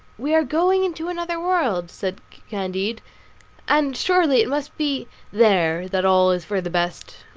we are going into another world, said candide and surely it must be there that all is for the best.